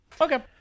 okay